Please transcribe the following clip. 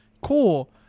Cool